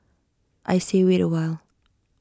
I say wait A while